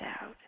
out